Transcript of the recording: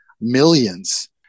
Millions